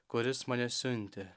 kuris mane siuntė